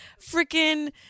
freaking